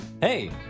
Hey